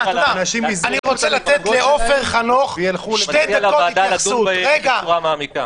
ילכו לאיבוד --- אני מציע לוועדה לדון בזה בצורה מעמיקה.